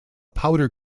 powder